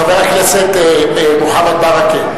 חבר הכנסת מוחמד ברכה,